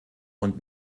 und